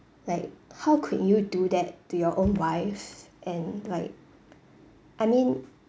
like how could you do that to your own wife and like I mean